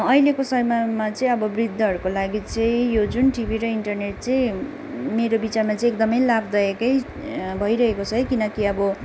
अहिलेको समयमा चाहिँ अब वृद्धहरूको लागि चाहिँ यो जुन टिभी र इन्टरनेट चाहिँ मेरो विचारमा चाहिँ एकदमै लाभदायकै भइरहेको छ है किनकि अब